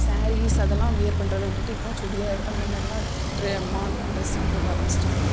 ஸேரீஸ் அதெல்லாம் வியர் பண்ணுறத விட்டுவிட்டு இப்போது சுடிதார் அந்த மாதிரிலாம் ட்ரெ மாடலாயெலாம் ட்ரெஸ்ஸெலாம் போட ஆரம்பிச்சுட்டாங்க